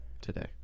today